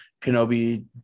Kenobi